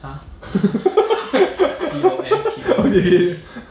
okay